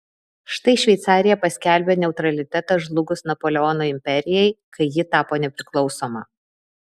štai šveicarija paskelbė neutralitetą žlugus napoleono imperijai kai ji tapo nepriklausoma